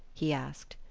he asked.